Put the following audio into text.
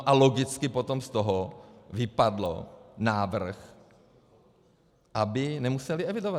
A logicky potom z toho vypadl návrh, aby nemuseli evidovat.